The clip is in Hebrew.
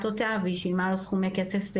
אותה והיא שילמה לו סכומי כסף אדירים.